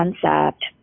concept